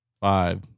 Five